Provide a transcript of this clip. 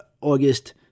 August